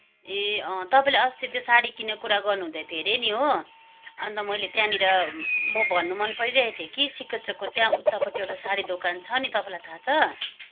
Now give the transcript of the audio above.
ए अँ तपाईँले अस्ति त्यो सारी किन्ने कुरा गर्नुहुँदै थियो अरे नि हो अन्त मैले त्यहाँनिर म भन्नु मन परिरहेको थियो कि सिके चोकको त्यहाँ उत्तापट्टि एउटा सारी दोकान छ नि तपाईँलाई थाहा छ